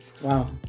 Wow